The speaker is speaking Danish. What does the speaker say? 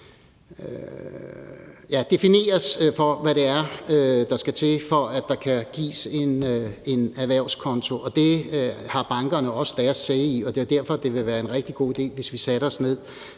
det er, der skal til, for at der kan gives en erhvervskonto, og det har bankerne også deres say i, og det er derfor, det ville være en rigtig god idé, hvis vi satte os ned